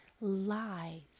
lies